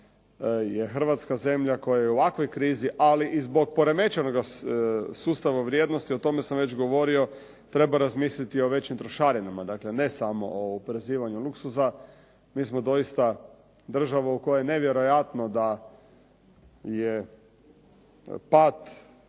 je Hrvatska zemlja koja je u ovakvoj krizi, ali i zbog poremećenog sustava vrijednosti, o tome sam već govorio, treba razmisliti o većim trošarinama, dakle ne samo o oporezivanju luksuza. Mi smo doista država u kojoj je nevjerojatno da je pad